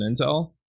Intel